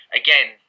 again